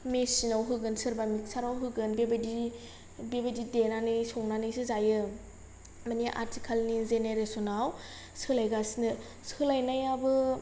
मेसिनाव होगोन सोरबा मिक्सचारआव होगोन बेबायदि बेबायदि देनानै संनानैसो जायो मानि आथिखालनि जेनेरेसनाव सोलायगासिनो सोलायनायाबो